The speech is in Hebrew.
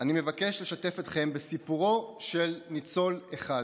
אני מבקש לשתף אתכם בסיפורו של ניצול אחד,